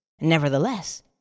Nevertheless